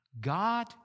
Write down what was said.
God